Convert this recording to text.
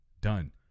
done